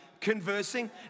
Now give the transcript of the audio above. conversing